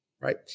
right